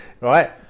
right